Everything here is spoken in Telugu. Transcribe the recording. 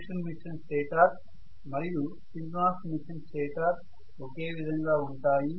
ఇండక్షన్ మెషిన్ స్టేటర్ మరియు సింక్రోనస్ మెషిన్ స్టేటర్ ఒకే విధంగా ఉంటాయి